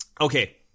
Okay